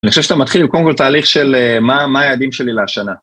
אני חושב שאתה מתחיל, קודם כל, תהליך של מה היעדים שלי להשנה.